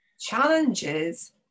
challenges